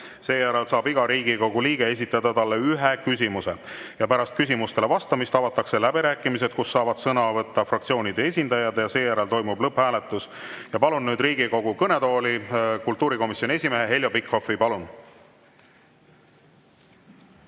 Seejärel saab iga Riigikogu liige esitada talle ühe küsimuse. Pärast küsimustele vastamist avatakse läbirääkimised, kus saavad sõna võtta fraktsioonide esindajad, ja seejärel toimub lõpphääletus. Palun nüüd Riigikogu kõnetooli kultuurikomisjoni esimehe Heljo Pikhofi.